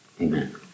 Amen